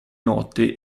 notte